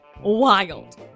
wild